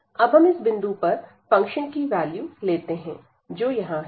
अब हम इस बिंदु पर फंक्शन की वैल्यू लेते हैं जो यहां है